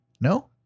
No